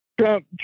trump